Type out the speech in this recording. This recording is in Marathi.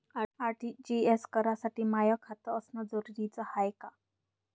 आर.टी.जी.एस करासाठी माय खात असनं जरुरीच हाय का?